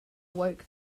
woke